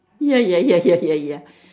ya ya yes yes ya ya